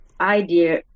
idea